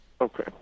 Okay